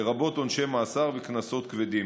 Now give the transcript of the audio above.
לרבות עונשי מאסר וקנסות כבדים.